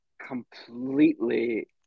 completely